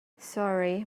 sorry